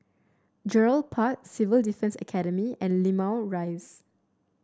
Gerald Park Civil Defence Academy and Limau Rise